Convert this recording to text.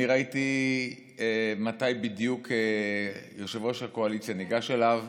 אני ראיתי מתי בדיוק יושב-ראש הקואליציה ניגש אליו.